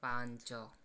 ପାଞ୍ଚ